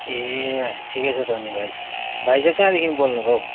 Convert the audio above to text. ए ठिकै छ त अनि भाइ भाइ चाहिँ कहाँदेखिन् बोल्नुभयो हौ